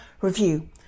review